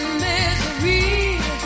misery